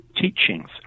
teachings